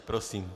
Prosím.